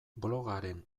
blogaren